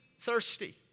thirsty